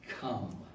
come